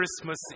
Christmas